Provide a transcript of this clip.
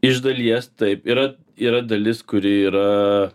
iš dalies taip yra yra dalis kuri yra